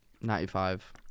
Ninety-five